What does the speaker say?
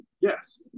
Yes